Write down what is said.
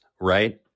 right